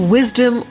Wisdom